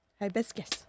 Hibiscus